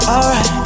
Alright